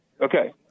Okay